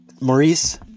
Maurice